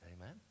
Amen